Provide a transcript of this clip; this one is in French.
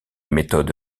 méthode